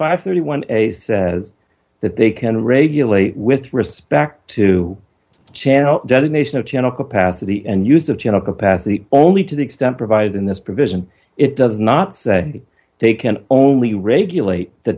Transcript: and thirty one days that they can regulate with respect to chair designation of channel capacity and use of channel capacity only to the extent provided in this provision it does not say they can only regulate the